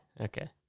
okay